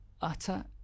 utter